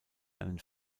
einen